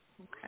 Okay